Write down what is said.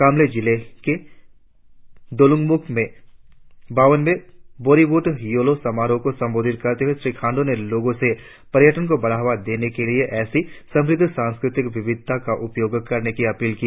कमले जिले के दोलुंगमुख में बावनवें बूरीबूट यूल्लो समारोह को संबोधित करते हुए श्री खांडू ने लोगों से पर्यटन को बढ़ावा देने के लिए ऐसी समृद्ध सांस्कृतिक विविधता का उपयोग करने की अपील की